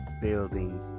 building